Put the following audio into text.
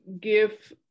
give